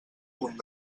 punt